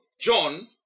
John